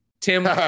Tim